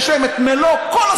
יש להם את מלוא הזכויות,